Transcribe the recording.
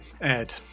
Ed